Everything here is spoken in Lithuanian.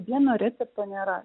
vieno recepto nėra